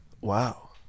Wow